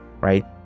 right